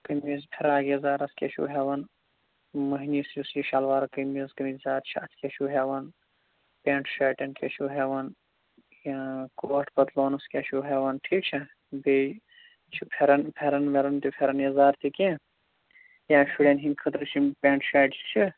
قمیٖض فِراکھ یَزارس کیٛاہ چھِو ہیٚوان مۅہنِوِس یُس یہِ شِلوار قمیٖض مُرِدار چھا اَتھ کیٛاہ چھِو ہیٚوان پینٛٹ شٲٹن کیٛاہ چھِو ہیٚوان کوٹھ پَتلوٗنَس کیٛاہ چھِو ہیٚوان ٹھیٖک چھا بیٚیہِ چھُ پھیرن پھیرن ویرِن تہِ پھیرَن یَزار تہِ کیٚنٛہہ یا شُریٚن ہٕنٛدۍ خٲطرٕ چھِ یِم پینٛٹ شأٹ چھِ